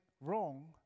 wrong